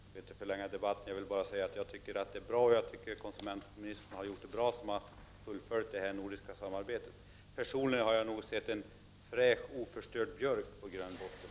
Herr talman! Jag skall inte förlänga debatten mycket utan bara säga att jag tycker att det här är bra. Det är bra att konsumentministern har fullföljt det nordiska samarbetet. Personligen hade jag nog helst sett en fräsch, oförstörd björk på grön botten.